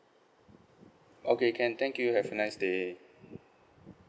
okay can thank you have a nice day